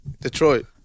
Detroit